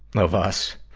of us.